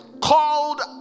called